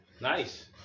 Nice